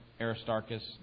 Aristarchus